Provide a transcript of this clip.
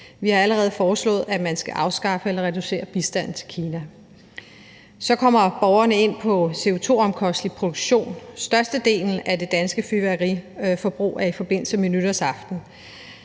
Vi har allerede foreslået, at man afskaffer eller reducerer bistanden til Kina. Så kommer borgerne ind på CO2-udledningen i produktionen. Størstedelen af det danske fyrværkeriforbrug sker i forbindelse med nytårsaften.